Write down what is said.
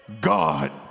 God